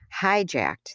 hijacked